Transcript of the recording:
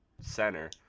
center